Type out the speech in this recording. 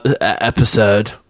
episode